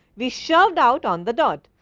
we shout out on the dot,